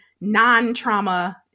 non-trauma